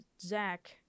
Zach